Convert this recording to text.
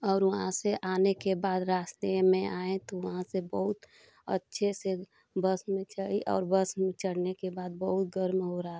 और वहाँ से आने के बाद रास्ते में आये तो वहाँ से बहुत अच्छे से बस में चढ़ी और बस में चढ़ने के बाद बहुत गर्म हो रहा था